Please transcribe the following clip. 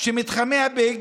שמתחמי ביג